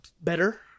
better